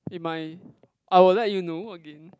in my I will let you know again